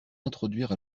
introduire